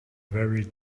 very